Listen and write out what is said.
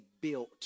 built